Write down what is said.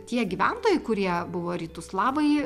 tie gyventojai kurie buvo rytų slavai